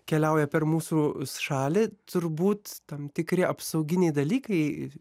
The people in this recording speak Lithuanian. keliauja per mūsų šalį turbūt tam tikri apsauginiai dalykai